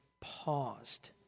paused